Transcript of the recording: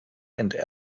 and